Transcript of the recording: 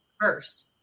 first